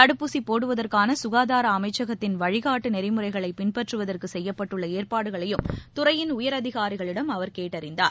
தடுப்பூசி போடுவதற்கான சுகாதார அமைச்சகத்தின் வழிகாட்டு நெறிமுறைகளை பின்பற்றுவதற்கு செய்யப்பட்டுள்ள ஏற்பாடுகளையும் துறையின் உயரதிகாரிகளிடம் அவர் கேட்டறிந்தார்